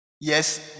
Yes